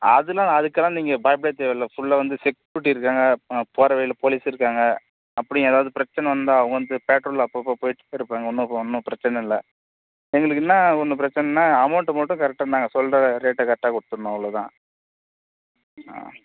அதெலாம் அதுக்கெலாம் நீங்கள் பயப்படவே தேவயில்லை ஃபுல்லாக வந்து செக்யூரிட்டி இருக்காங்க போகிற வழியில் போலீஸ் இருக்காங்க அப்படியும் ஏதாவது பிரச்சனை வந்தால் வந்து பேட்ரோலில் அப்பப்போ போய்கிட்டே இருப்பாங்க உங்களுக்கு ஒன்றும் பிரச்சனை இல்லை எங்களுக்கு என்ன ஒன்று பிரச்சனைன்னா அமௌண்ட் மட்டும் கரெக்டாக நாங்கள் சொல்கிற ரேட்டை கரெக்டாக கொடுத்துர்ணும் அவ்வளோதான் ஆ